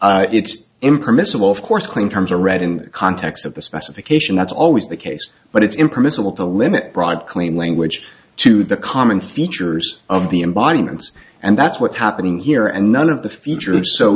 it's impermissible of course claim terms are read in the context of the specification that's always the case but it's impermissible to limit broad clean language to the common features of the embodiments and that's what's happening here and none of the future so